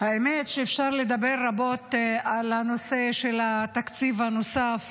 האמת שאפשר לדבר רבות על הנושא של התקציב הנוסף